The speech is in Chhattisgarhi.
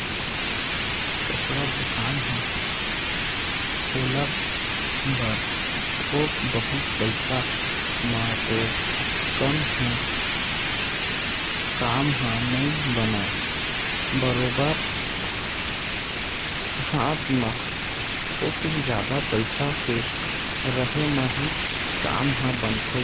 कपड़ा दुकान ह खोलब बर थोक बहुत पइसा म तो काम ह नइ बनय बरोबर हात म थोकिन जादा पइसा के रेहे म ही काम ह बनथे